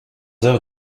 heures